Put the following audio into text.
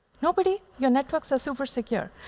nobody? your networks are super secure.